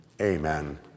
amen